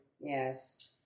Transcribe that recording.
Yes